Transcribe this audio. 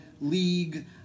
league